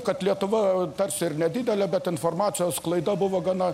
kad lietuva tarsi ir nedidelė bet informacijos sklaida buvo gana